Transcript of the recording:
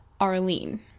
Arlene